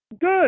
Good